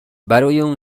اون